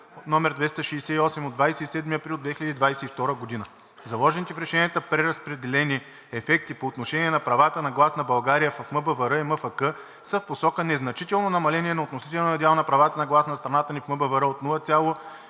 № 268 от 27 април 2022 г. Заложените в решенията преразпределени ефекти по отношение на правата на глас на България в МБВР и в МФК са в посока незначително намаление на относителния дял на правата на глас на страната ни в МБВР от 0,30%